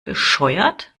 bescheuert